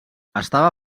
estava